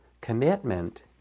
commitment